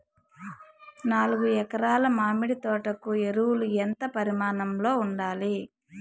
నాలుగు ఎకరా ల మామిడి తోట కు ఎరువులు ఎంత పరిమాణం లో ఉండాలి?